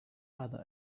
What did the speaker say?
other